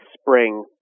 spring